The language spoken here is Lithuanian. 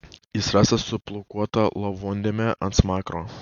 jis rastas su plaukuota lavondėme ant smakro